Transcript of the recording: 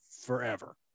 forever